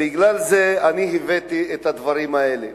בגלל זה אני הבאתי את הדברים האלה.